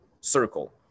circle